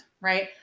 right